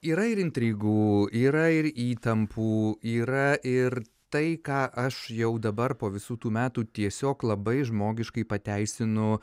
yra ir intrigų yra ir įtampų yra ir tai ką aš jau dabar po visų tų metų tiesiog labai žmogiškai pateisinu